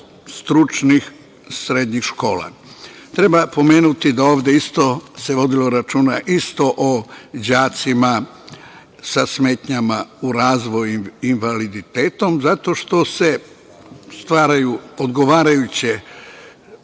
stručnih srednjih škola. Treba pomenuti da se ovde isto vodilo računa isto o đacima sa smetnjama u razvoju i invaliditetom, zato što se stvaraju odgovarajuće